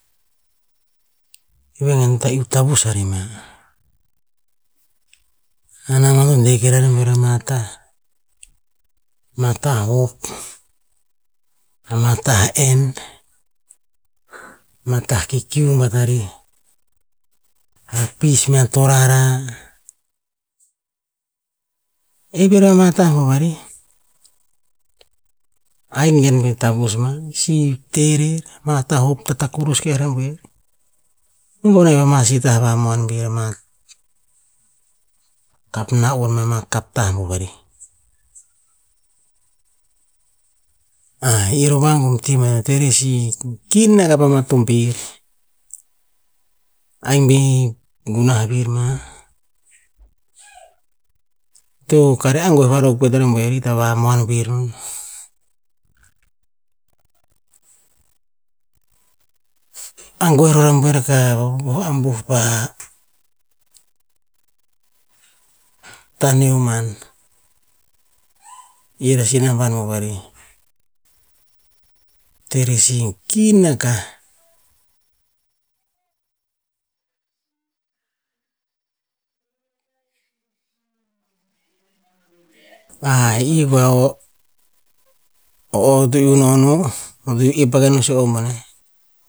Vengen ir ta iuh tavus ari mah. Anamban to deh kerer ramboer ama ta, amata hop, ama tah enn, ama tah kikiu bat arih, rapis mea torara. E ir koeh ama tah vova rih, ai gen bir tavus ma si teh rer ama tah hop tatakurus keh ra buer. Om vonai mama si tah vamoan ge ra ama, kap na'on mea ma kap tah mo vari. ir o vagum ti ma teh rer sih, kin a kah pa ma tombir. Ahik bir gunah vir ma, to kareh angueh kue ra buer ita vamuan vir nom, angueh rakah roh ra buer roh, o'o ambuh pa taneo maan, ir a si nambano varih. Teh rer si kin akah, e ih va o'o- o'o to iuh noh no, iu paka na sio o mana.